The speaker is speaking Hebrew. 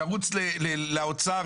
תרוץ לאוצר,